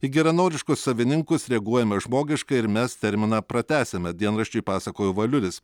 į geranoriškus savininkus reaguojame žmogiškai ir mes terminą pratęsiame dienraščiui pasakojo valiulis